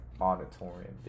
auditorium